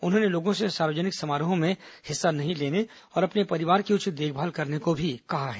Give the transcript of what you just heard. उन्होंने लोगों से सार्वजनिक समारोहों में हिस्सा न लेने और अपने परिवार की उचित देखभाल करने को भी कहा है